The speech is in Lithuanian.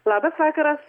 labas vakaras